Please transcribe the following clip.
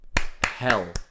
hell